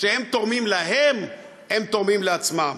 כשהם תורמים להם הם תורמים לעצמם.